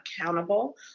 accountable